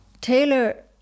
Taylor